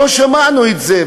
לא שמענו את זה,